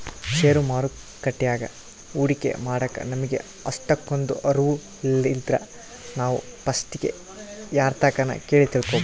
ಷೇರು ಮಾರುಕಟ್ಯಾಗ ಹೂಡಿಕೆ ಮಾಡಾಕ ನಮಿಗೆ ಅಷ್ಟಕೊಂದು ಅರುವು ಇಲ್ಲಿದ್ರ ನಾವು ಪಸ್ಟಿಗೆ ಯಾರ್ತಕನ ಕೇಳಿ ತಿಳ್ಕಬಕು